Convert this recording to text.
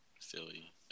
Philly